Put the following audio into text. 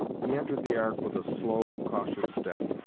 he entered the ark with a slow, cautious step,